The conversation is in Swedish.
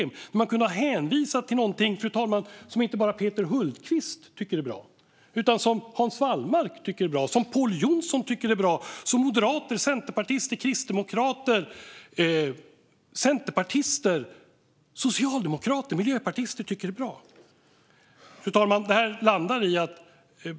Man kunde, fru talman, ha hänvisat till någonting som inte bara Peter Hultqvist tycker är bra, utan som också Hans Wallmark och Pål Jonson tycker är bra - till någonting som moderater, centerpartister, kristdemokrater, socialdemokrater och miljöpartister tycker är bra. Fru talman!